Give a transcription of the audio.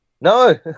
No